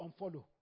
unfollow